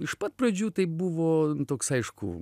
iš pat pradžių tai buvo toks aišku